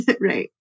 Right